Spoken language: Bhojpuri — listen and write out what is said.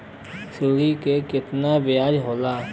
ऋण के कितना ब्याज होला?